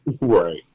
Right